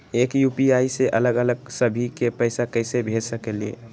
एक यू.पी.आई से अलग अलग सभी के पैसा कईसे भेज सकीले?